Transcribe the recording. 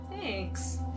Thanks